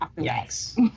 yes